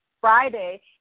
Friday